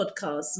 podcasts